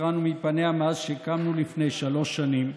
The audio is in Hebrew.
שהתרענו מפניה מאז שקמנו לפני שלוש שנים,